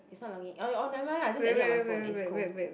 is not logging in or or nevermind lah just edit on my phone it's cool